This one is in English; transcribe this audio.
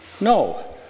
No